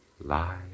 Lie